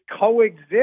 coexist